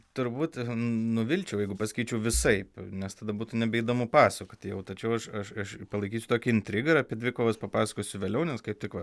turbūt nuvilčiau jeigu pasakyčiau visaip nes tada būtų nebeįdomu pasakoti jau tačiau aš aš aš palaikysiu tokią intrigą ir apie dvikovas papasakosiu vėliau nes kaip tik va